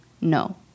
no